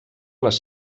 les